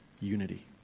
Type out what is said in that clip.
unity